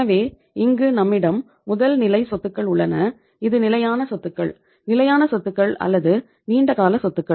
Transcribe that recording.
எனவே இங்கு நம்மிடம் முதல் நிலை சொத்துக்கள் உள்ளன இது நிலையான சொத்துக்கள் நிலையான சொத்துக்கள் அல்லது நீண்ட கால சொத்துகள்